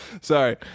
sorry